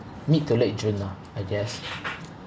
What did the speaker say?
mid to late june lah I guess